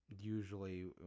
Usually